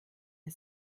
der